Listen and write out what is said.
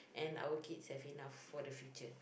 and our kids have enough for the future